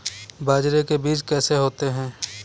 बाजरे के बीज कैसे होते हैं?